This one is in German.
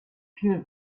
viel